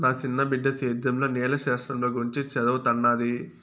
నా సిన్న బిడ్డ సేద్యంల నేల శాస్త్రంల గురించి చదవతన్నాది